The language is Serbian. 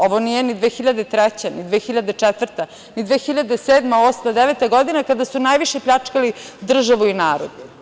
Ovo nije ni 2003, 2004, 2007, 2008, 2009. godine kada su najviše pljačkali državu i narod.